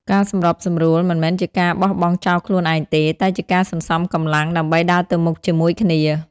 ការសម្របសម្រួល មិនមែនជាការបោះបង់ចោលខ្លួនឯងទេ តែជាការសន្សំកម្លាំងដើម្បីដើរទៅមុខជាមួយគ្នា។